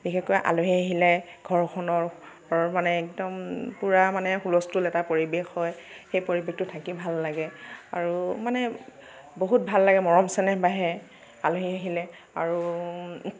বিশেষকৈ আলহী আহিলে ঘৰখনৰ মানে একদম পুৰা মানে হুলস্থুল এটা পৰিবেশ হয় সেই পৰিবেশটোত থাকি ভাল লাগে আৰু মানে বহুত ভাল লাগে মৰম চেনেহ বাঢ়ে আলহী আহিলে আৰু